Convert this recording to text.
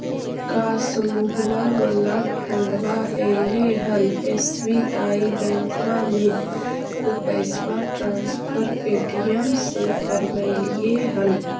का समुहवा वाला फंडवा ऐले हल एस.बी.आई बैंकवा मे ऊ पैसवा ट्रांसफर पे.टी.एम से करवैलीऐ हल?